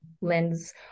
lens